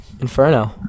Inferno